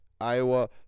Iowa